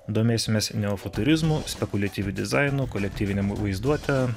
domėsimės neofuturizmu spekuliatyviu dizainu kolektyvine vaizduote